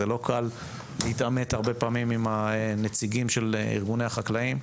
זה לא קל להתעמת הרבה פעמים עם הנציגים של ארגוני החקלאים.